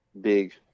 big